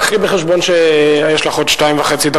רק קחי בחשבון שיש לך עוד שתי דקות וחצי.